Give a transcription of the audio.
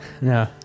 No